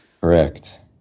Correct